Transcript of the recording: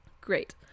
great